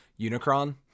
Unicron